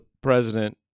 president